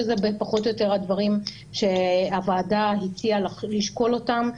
שזה פחות או יותר הדברים שהוועדה הציעה לשקול אותם,